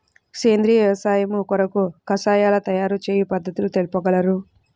సేంద్రియ వ్యవసాయము కొరకు కషాయాల తయారు చేయు పద్ధతులు తెలుపగలరు?